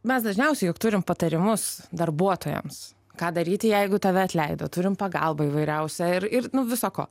mes dažniausiai jog turim patarimus darbuotojams ką daryti jeigu tave atleido turim pagalbą įvairiausią ir ir nuo viso ko